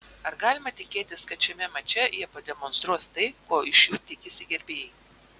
ar galima tikėtis kad šiame mače jie pademonstruos tai ko iš jų tikisi gerbėjai